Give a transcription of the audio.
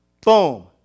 Boom